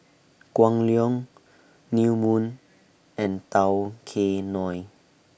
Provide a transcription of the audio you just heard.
Kwan Loong New Moon and Tao Kae Noi